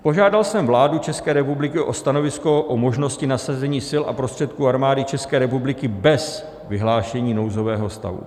Požádal jsem vládu České republiky o stanovisko k možnosti nasazení sil a prostředků Armády České republiky bez vyhlášení nouzového stavu.